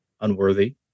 unworthy